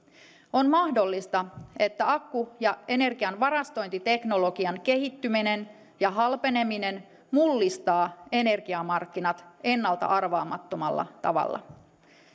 on mahdollista että akku ja energianvarastointiteknologian kehittyminen ja halpeneminen mullistavat energiamarkkinat ennalta arvaamattomalla tavalla